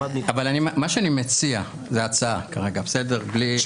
אני מציע, וכרגע זו הצעה --- שגם